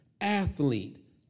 athlete